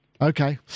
Okay